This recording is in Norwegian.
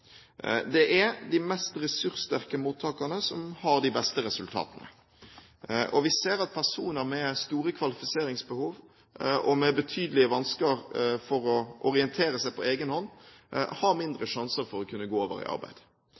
Det er de mest ressurssterke mottakerne som har de beste resultatene. Vi ser at personer med store kvalifiseringsbehov og betydelige vansker med å orientere seg på egen hånd har mindre sjanser for å kunne gå over i arbeid.